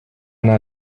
anar